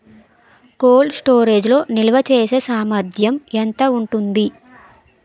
Cold storage లో నిల్వచేసేసామర్థ్యం ఎంత ఉంటుంది?